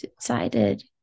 decided